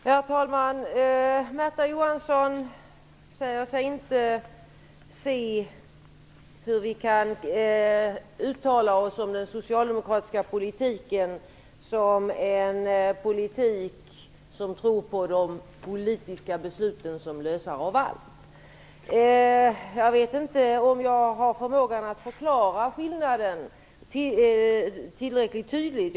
Herr talman! Märta Johansson säger sig inte se hur vi kan uttala oss om den socialdemokratiska politiken som en politik där man tror på de politiska besluten som lösare av allt. Jag vet inte om jag har förmågan att förklara det tillräckligt tydligt.